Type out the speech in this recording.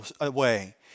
away